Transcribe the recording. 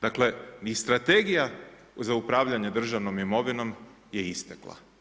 Dakle, i strategija za upravljanje državnom imovinom je istekla.